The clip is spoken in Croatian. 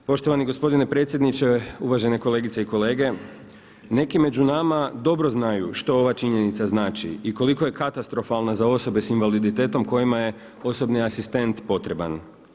Poštovani gospodine predsjedniče, uvažene kolegice i kolege neki među nama dobru znaju što ova činjenica znači i koliko je katastrofalna za osobe sa invaliditetom kojima je osobni asistent potreban.